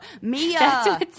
Mia